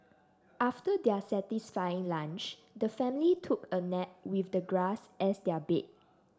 after their satisfying lunch the family took a nap with the grass as their bed